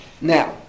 Now